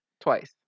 Twice